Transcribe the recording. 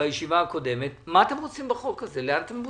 בישיבה הקודמת - מה אתם רוצים בחוק הזה להגיע?